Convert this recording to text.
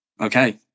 okay